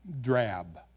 drab